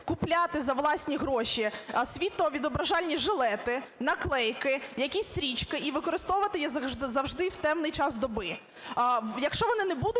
купляти за власні гроші світловідображальні жилети, наклейки, якісь стрічки і використовувати їх завжди в темний час доби. Якщо вони не будуть